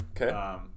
Okay